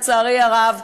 לצערי הרב,